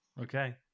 okay